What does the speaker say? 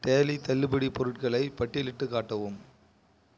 tally தள்ளுபடிப் பொருட்களை பட்டியலிட்டுக் காட்டவும்